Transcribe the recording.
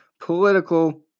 political